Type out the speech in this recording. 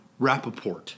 Rappaport